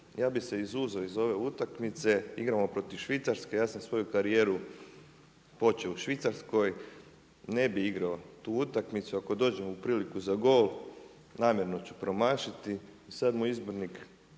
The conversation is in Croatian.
ja bi se izuzeo iz ove utakmice, igramo protiv Švicarske, ja sam svoju karijeru počeo u Švicarskoj, ne bi igrao tu utakmicu, ako dođem u priliku za gol, namjerno ću promašiti i sad mu izbornik